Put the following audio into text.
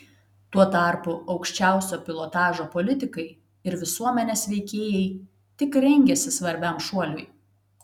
tuo tarpu aukščiausio pilotažo politikai ir visuomenės veikėjai tik rengiasi svarbiam šuoliui